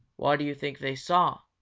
what do you think they saw?